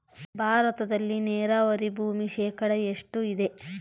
ಭಾರತದಲ್ಲಿ ನೇರಾವರಿ ಭೂಮಿ ಶೇಕಡ ಎಷ್ಟು ಇದೆ?